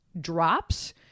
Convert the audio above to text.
drops